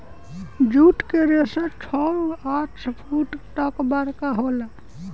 जुट के रेसा छव से आठ फुट तक बरका होला